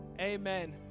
amen